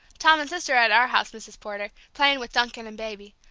tom and sister are at our house, mrs. potter, playing with duncan and baby.